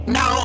no